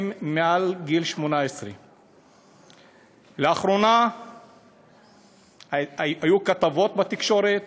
מעל גיל 18. לאחרונה היו כתבות בתקשורת,